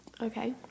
Okay